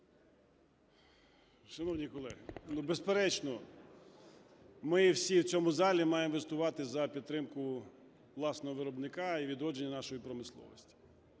Шановні колеги, безперечно, ми всі в цьому залі маємо виступати за підтримку власного виробника і відродження нашої промисловості.